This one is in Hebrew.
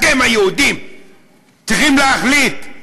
אתם היהודים צריכים להחליט.